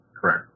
Correct